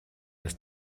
dass